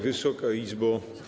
Wysoka Izbo!